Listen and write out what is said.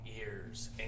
ears